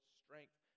strength